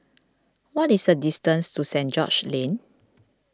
what is the distance to Saint George's Lane